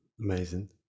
Amazing